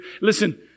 Listen